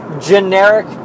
generic